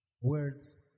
Words